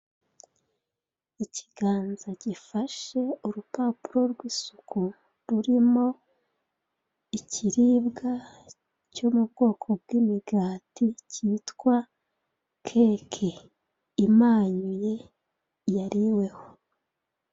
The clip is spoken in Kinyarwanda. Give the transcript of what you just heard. Ikiganza gifashe urupapuro rw'isuku, rurimo ikiribwa cyo mu bwoko bw'imigati, cyitwa keke. Imanyuye, yariweho.